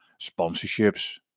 sponsorships